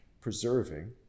preserving